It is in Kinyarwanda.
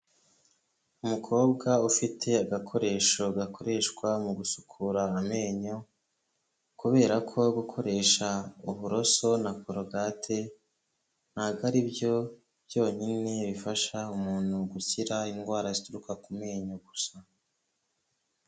Umukobwa ufite agakoresho gakoreshwa mu gusukura amenyo, kubera ko gukoresha uburoso na korogate, ntabwo ari byo byonyine bifasha umuntu gukira indwara zituruka ku menyo gusa.